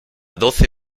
doce